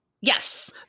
Yes